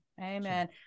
Amen